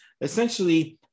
essentially